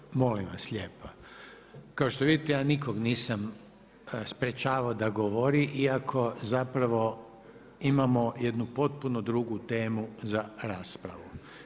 E sad, molim vas lijepo, kao što vidite ja nikog nisam sprječavao da govori, iako zapravo imamo jednu potpunu drugu temu za raspravu.